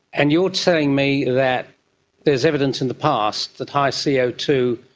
and you are telling me that there is evidence in the past that high c o two,